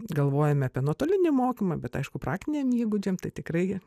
galvojame apie nuotolinį mokymą bet aišku praktiniam įgūdžiam tai tikrai